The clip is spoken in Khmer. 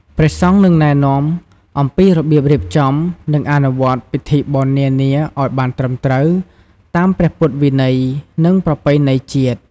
ព្រះសង្ឃនឹង ណែនាំអំពីរបៀបរៀបចំ និងអនុវត្តពិធីបុណ្យនានាឲ្យបានត្រឹមត្រូវ តាមព្រះពុទ្ធវិន័យ និងប្រពៃណីជាតិ។